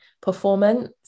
performance